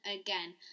again